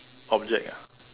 object ah